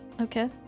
Okay